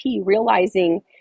realizing